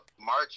March